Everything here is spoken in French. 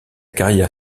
carrière